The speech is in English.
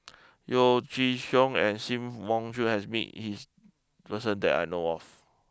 Yeo Chee Kiong and Sim Wong Hoo has met his person that I know of